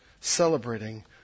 celebrating